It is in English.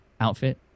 outfit